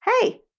hey